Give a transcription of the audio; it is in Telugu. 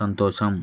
సంతోషం